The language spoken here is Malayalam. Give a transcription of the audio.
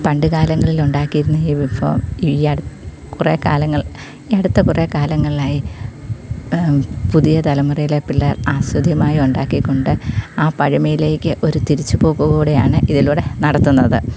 പണ്ട് കാലങ്ങളിൽ ഉണ്ടാക്കിയിരുന്ന ഈ വിഭവം ഈ കുറേ കാലങ്ങൾ ഈ അടുത്ത കുറേ കാലങ്ങളിലായി പുതിയ തലമുറയിലെ പിള്ളേർ ആസ്വാദ്യമായി ഉണ്ടാക്കിക്കൊണ്ട് ആ പഴമയിലേക്ക് ഒരു തിരിച്ച് പോക്കു കൂടെ ആണ് ഇതിലൂടെ നടത്തുന്നത്